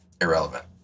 irrelevant